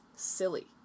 Silly